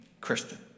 Christian